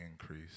increase